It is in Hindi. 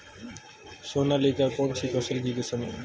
सोनालिका कौनसी फसल की किस्म है?